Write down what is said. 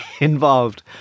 involved